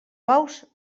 bous